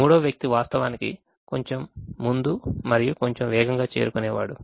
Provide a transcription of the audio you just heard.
మూడవ వ్యక్తి వాస్తవానికి కొంచెం ముందు మరియు కొంచెం వేగంగా చేరుకునేవాడు